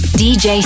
dj